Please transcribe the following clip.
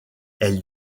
elle